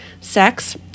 sex